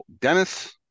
Dennis